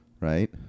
Right